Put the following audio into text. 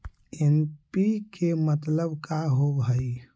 NPK मतलब का होव हइ?